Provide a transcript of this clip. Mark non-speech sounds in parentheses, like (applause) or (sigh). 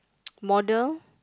(noise) model